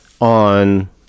on